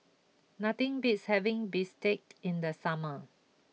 nothing beats having Bistake in the summer